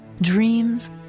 dreams